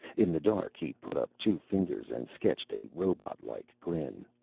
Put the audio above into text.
in the dark he put up two fingers and sketched a robot-like grin.